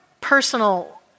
personal